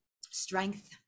strength